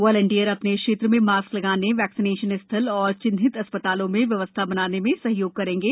volunteer अ ने क्षेत्र में मास्क लगाने और वैक्सीनेशन स्थल और चिन्हित अस्पतालों में व्यवस्था बनाने में सहयोग करेंगे